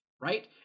right